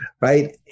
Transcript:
Right